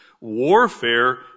warfare